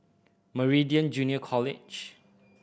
Meridian Junior College